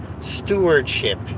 stewardship